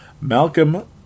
Malcolm